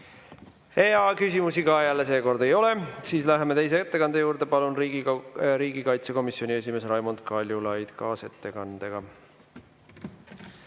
Küsimusi ka seekord ei ole. Läheme teise ettekande juurde. Palun, riigikaitsekomisjoni esimees Raimond Kaljulaid, kaasettekanne!